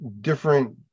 different